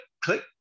click